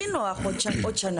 הכי נוח עוד שנה,